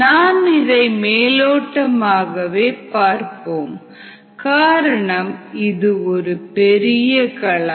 நாம் இதை மேலோட்டமாகவே பார்ப்போம் காரணம் இது ஒரு பெரிய களம்